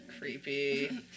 Creepy